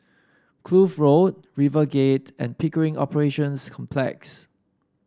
Kloof Road RiverGate and Pickering Operations Complex